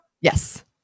Yes